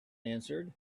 answered